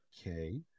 Okay